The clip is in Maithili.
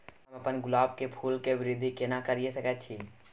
हम अपन गुलाब के फूल के वृद्धि केना करिये सकेत छी?